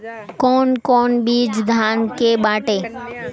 कौन कौन बिज धान के बाटे?